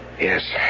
Yes